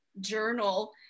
Journal